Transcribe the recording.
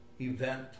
event